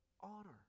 honor